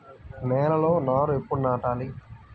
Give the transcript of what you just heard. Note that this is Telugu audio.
నేలలో నారు ఎప్పుడు నాటాలి?